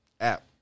app